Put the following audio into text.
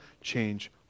change